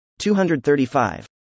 235